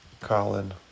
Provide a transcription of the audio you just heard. Colin